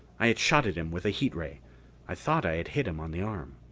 i had shot at him with a heat ray i thought i had hit him on the arm.